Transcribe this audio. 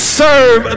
serve